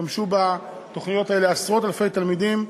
השתמשו בתוכניות האלה עשרות אלפי תלמידים,